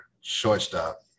shortstop